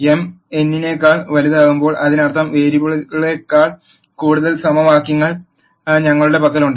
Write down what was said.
M n നേക്കാൾ വലുതാകുമ്പോൾ അതിനർത്ഥം വേരിയബിളുകളേക്കാൾ കൂടുതൽ സമവാക്യങ്ങൾ ഞങ്ങളുടെ പക്കലുണ്ട്